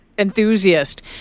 Enthusiast